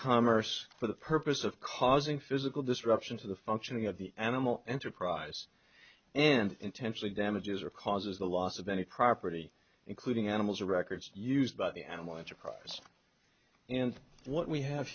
commerce for the purpose of causing physical disruption to the functioning of the animal enterprise and intentionally damages or causes the loss of any property including animals or records used by the animal enterprise and what we have